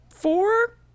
four